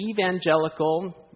evangelical